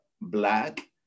black